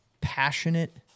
passionate